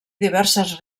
diverses